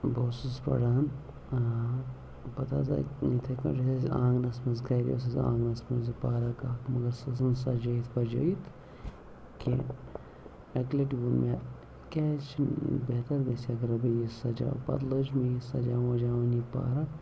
بہٕ اوٗسُس پَران ٲں پَتہٕ حظ آے یِتھَے کٲٹھۍ ٲسۍ أسۍ آنٛگنَس منٛز گَرِ ٲسۍ أسۍ آنٛگنَس منٛز یہِ پارَک اَکھ مگر سۄ ٲس نہٕ سَجٲیِتھ وَجٲیِتھ کیٚنٛہہ اَکہِ لَٹہِ ووٚن مےٚ کیٛازِ چھِنہٕ بہتر گَژھہِ اگر بہٕ یہِ سَجاوٕ پَتہٕ لٲجۍ مےٚ یہِ سَجاوٕنۍ وَجاوٕنۍ یہِ پارک